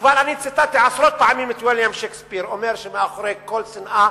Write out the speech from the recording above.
כבר ציטטתי עשרות פעמים את ויליאם שייקספיר אומר שמאחורי כל שנאה